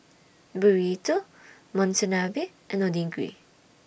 Burrito Monsunabe and Onigiri